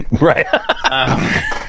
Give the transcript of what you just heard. Right